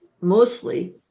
mostly